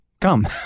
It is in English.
Come